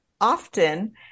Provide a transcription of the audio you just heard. often